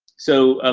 so, um,